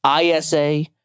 ISA